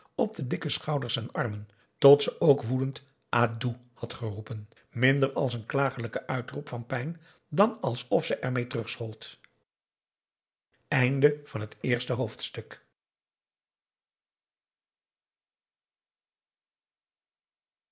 op de dikke schouders en armen tot ze ook woedend adoe had geroepen minder als een klagelijken uitroep van pijn dan alsof ze ermeê terugschold